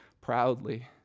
proudly